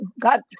God